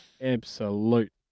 absolute